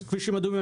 או כבישים אדומים.